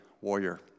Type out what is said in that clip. warrior